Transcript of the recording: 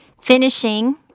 finishing